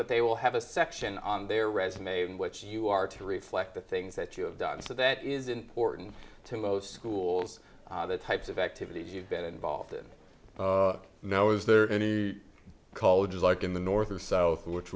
but they will have a section on their resume in which you are to reflect the things that you have done so that is important to most schools the types of activities you've been involved in now is there any call just like in the north or south w